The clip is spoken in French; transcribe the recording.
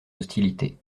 hostilités